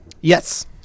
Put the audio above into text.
Yes